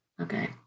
Okay